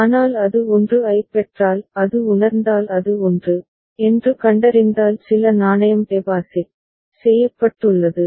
ஆனால் அது 1 ஐப் பெற்றால் அது உணர்ந்தால் அது 1 என்று கண்டறிந்தால் சில நாணயம் டெபாசிட் செய்யப்பட்டுள்ளது